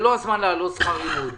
זה לא הזמן להעלות שכר לימוד.